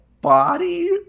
body